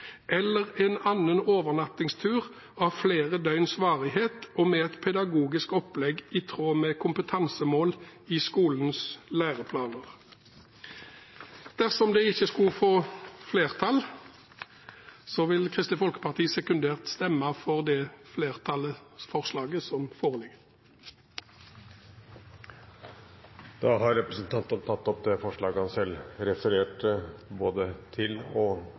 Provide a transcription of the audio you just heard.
eller en annen overnattingstur av flere døgns varighet og med et pedagogisk opplegg i tråd med kompetansemål i skolens læreplaner.» Dersom det ikke skulle få flertall, vil Kristelig Folkeparti sekundært stemme for flertallsforslaget som foreligger. Representanten Geir Sigbjørn Toskedal har tatt opp det forslaget han refererte. Vi har akkurat hatt til